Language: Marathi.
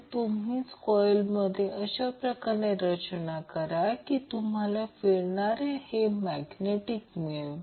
तर हे मग्नित्यूड आहे म्हणून प्रत्यक्षात RL मधील पॉवर नेहमीच I2RL मग्नित्यूडमध्ये असते